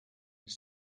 been